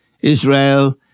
Israel